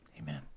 Amen